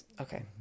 okay